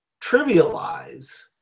trivialize